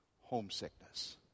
homesickness